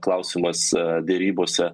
klausimas derybose